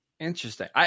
Interesting